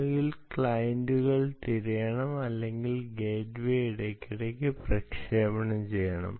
ഒന്നുകിൽ ക്ലയന്റുകൾ തിരയണം അല്ലെങ്കിൽ ഗേറ്റ്വേ ഇടയ്ക്കിടെ പ്രക്ഷേപണം ചെയ്യണം